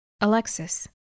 Alexis